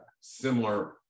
similar